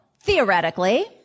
theoretically